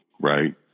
Right